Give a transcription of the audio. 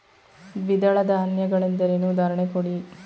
ದ್ವಿದಳ ಧಾನ್ಯ ಗಳೆಂದರೇನು, ಉದಾಹರಣೆ ಕೊಡಿ?